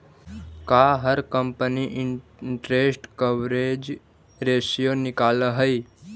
का हर company interest coverage ratio निकालअ हई